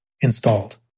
installed